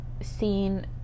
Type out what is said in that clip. seen